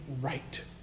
right